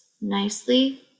nicely